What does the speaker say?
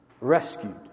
rescued